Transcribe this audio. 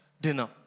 dinner